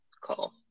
call